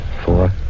four